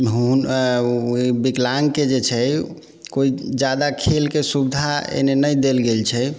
विकलाङ्गके जे छै कोइ ज्यादा खेलके सुविधा एन्ने नहि देल गेल छै